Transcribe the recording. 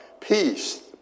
peace